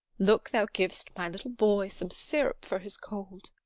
look thou giv'st my little boy some syrup for his cold,